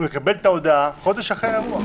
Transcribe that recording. הוא יקבל את ההודעה חודש אחרי האירוע.